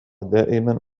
دائمًا